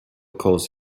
calls